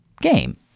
game